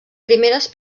primeres